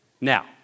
Now